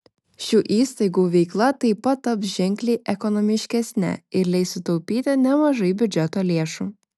šių įstaigų veikla taip pat taps ženkliai ekonomiškesne ir leis sutaupyti nemažai biudžeto lėšų